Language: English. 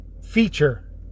feature